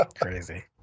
Crazy